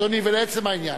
ולעצם העניין.